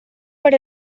per